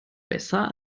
besser